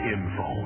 Info